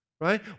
right